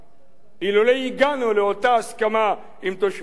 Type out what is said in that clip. אילולא הגענו לאותה הסכמה עם תושבי מגרון,